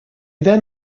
then